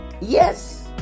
Yes